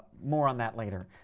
more on that later.